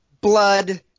Blood